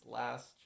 last